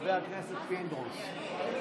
חבר הכנסת אבי מעוז?